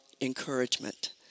encouragement